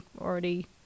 already